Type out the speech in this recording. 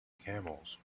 camels